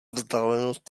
vzdálenost